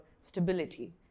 stability